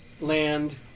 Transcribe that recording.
land